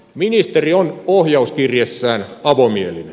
ministeri on ohjauskirjeessään avomielinen